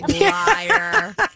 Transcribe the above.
Liar